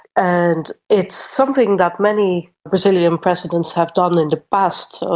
and it's something that many brazilian presidents have done in the past. so